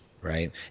right